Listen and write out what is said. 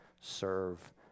serve